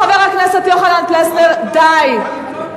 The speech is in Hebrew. חבר הכנסת פלסנר, די.